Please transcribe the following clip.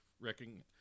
wrecking